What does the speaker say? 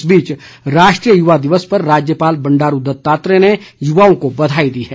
इस बीच राष्ट्रीय युवा दिवस पर राज्यपाल बंडारू दत्तात्रेय ने युवाओं को बधाई दी है